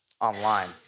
online